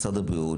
משרד הבריאות,